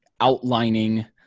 outlining